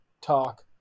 talk